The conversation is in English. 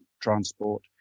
transport